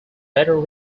better